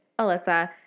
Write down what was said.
Alyssa